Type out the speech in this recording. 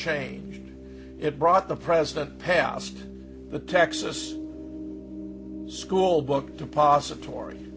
changed it brought the president past the texas school book deposit